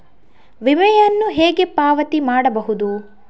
ವಿಮೆಯನ್ನು ಹೇಗೆ ಪಾವತಿ ಮಾಡಬಹುದು?